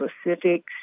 specifics